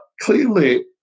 clearly